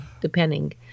depending